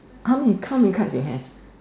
how many count your cards you have